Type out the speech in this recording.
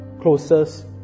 closest